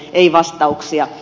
ei vastauksia